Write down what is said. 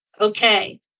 Okay